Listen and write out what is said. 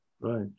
Right